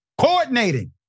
coordinating